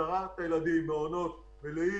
אותם כך שהם יחזירו חזרה את הילדים למעונות באופן מלא,